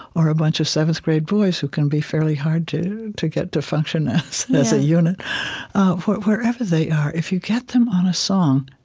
or a bunch of seventh-grade boys who can be fairly hard to to get to function as a unit wherever they are, if you get them on a song,